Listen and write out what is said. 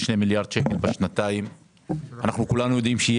אי אפשר.